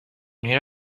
ogni